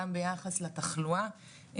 גם ביחס לתחלואה,